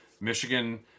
Michigan